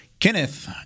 Kenneth